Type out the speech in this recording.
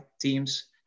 teams